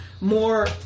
more